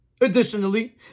additionally